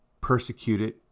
persecuted